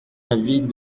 avis